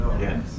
Yes